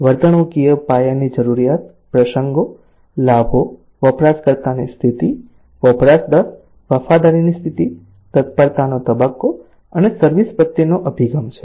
વર્તણૂકીય પાયાની જરૂરિયાત પ્રસંગો લાભો વપરાશકર્તાની સ્થિતિ વપરાશ દર વફાદારીની સ્થિતિ તત્પરતાનો તબક્કો અને સર્વિસ પ્રત્યેનો અભિગમ છે